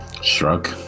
Shrug